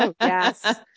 yes